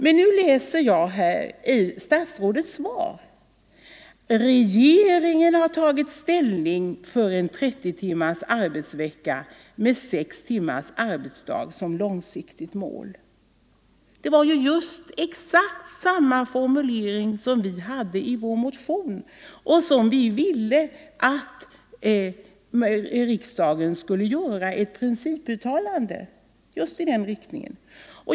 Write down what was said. Men nu läser jag i statsrådets svar att ”regeringen har tagit ställning för en 30 timmars arbetsvecka med sex timmars arbetsdag som långsiktigt mål”. Detta var exakt samma formulering som den vi hade anfört i vår motion och som vi ville att riksdagen skulle göra ett principuttalande för.